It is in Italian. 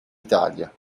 italia